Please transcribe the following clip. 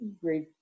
great